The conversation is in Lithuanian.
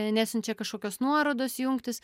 nesiunčia kažkokios nuorodos jungtis